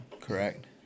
Correct